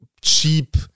cheap